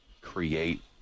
create